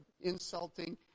insulting